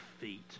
feet